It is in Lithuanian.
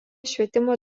švietimo